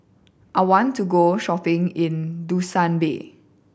I want to go shopping in Dushanbe